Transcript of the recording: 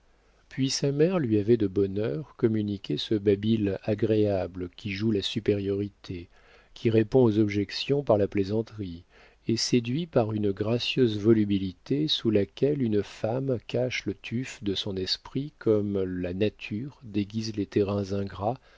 puis sa mère lui avait de bonne heure communiqué ce babil agréable qui joue la supériorité qui répond aux objections par la plaisanterie et séduit par une gracieuse volubilité sous laquelle une femme cache le tuf de son esprit comme la nature déguise les terrains ingrats